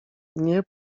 nie